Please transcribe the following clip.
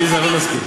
עליזה לא תסכים.